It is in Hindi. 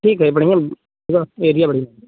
ठीक है बढ़िया एरिया बढ़िया है